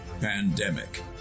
Pandemic